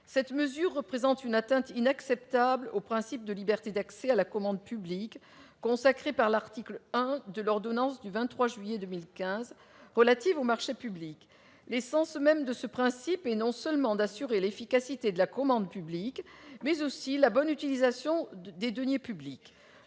Cette mesure représente une atteinte inacceptable au principe de liberté d'accès à la commande publique, consacré par l'article 1 de l'ordonnance du 23 juillet 2015 relative aux marchés publics. L'essence même de ce principe est d'assurer non seulement l'efficacité de la commande publique, mais aussi la bonne utilisation des deniers publics.